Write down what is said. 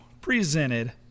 presented